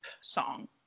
song